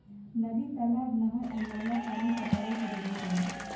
नदी, तालाब, नहर आ नाला पानी पटावे के जरिया होला